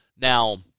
Now